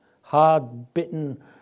hard-bitten